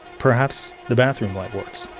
perhaps the bathroom light works.